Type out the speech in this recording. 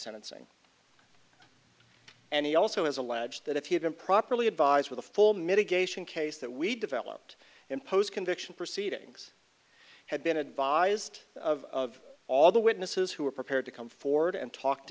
sentencing and he also has alleged that if he had been properly advised with a full mitigation case that we developed in post conviction proceedings had been advised of all the witnesses who were prepared to come forward and talked